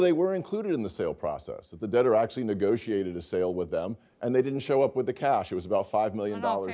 they were included in the sale process of the debt or actually negotiated a sale with them and they didn't show up with the cash it was about five million dollars